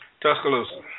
Tuscaloosa